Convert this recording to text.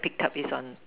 pick up is on